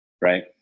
right